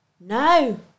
No